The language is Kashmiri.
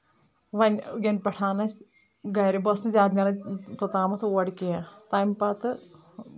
ونہِ یَنہٕ پؠٹھ اسہِ گَرِ بہٕ ٲسٕس نہٕ زیادٕ نیران توٚتامتھ اور کینٛہہ تَمہِ پَتہٕ